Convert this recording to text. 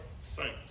saints